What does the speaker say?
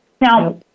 Now